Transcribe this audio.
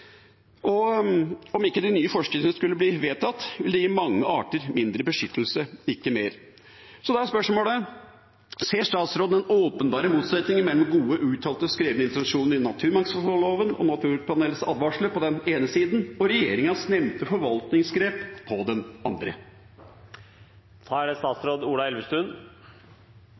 Om ikke de nye forskriftene skulle bli vedtatt, vil det gi mange arter mindre beskyttelse, ikke mer. Da er spørsmålet: Ser statsråden den åpenbare motsetningen mellom den gode og uttalte, skrevne introduksjonen i naturmangfoldloven og naturpanelets advarsler på den ene sida og regjeringas nevnte forvaltningsgrep på den andre?